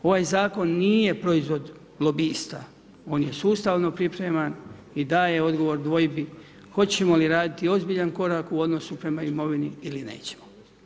Ovaj zakon nije proizvod lobista, on je sustavno pripreman i daje odgovor dvojbi hoćemo li raditi ozbiljan korak u odnosu prema imovini ili nećemo.